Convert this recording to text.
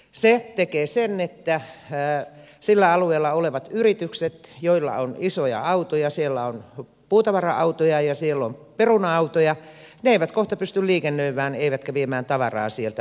se tekee sen että sillä alueella olevat yritykset joilla on isoja autoja siellä on puutavara autoja ja siellä on peruna autoja eivät kohta pysty liikennöimään eivätkä viemään tavaraa sieltä pois